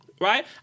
right